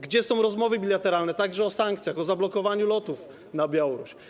Gdzie są rozmowy bilateralne także o sankcjach, o zablokowaniu lotów na Białoruś?